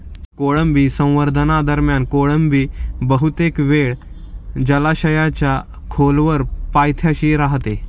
कोळंबी संवर्धनादरम्यान कोळंबी बहुतेक वेळ जलाशयाच्या खोलवर पायथ्याशी राहते